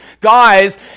guys